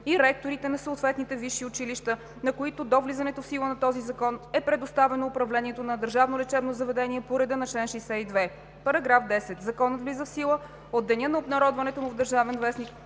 и ректорите на съответните висши училища, на които до влизането в сила на този закон е предоставено управлението на държавно лечебно заведение по реда на чл. 62. § 10. Законът влиза в сила от деня на обнародването му в „Държавен вестник“,